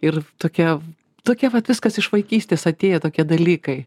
ir tokia tokie vat viskas iš vaikystės atėję tokie dalykai